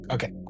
Okay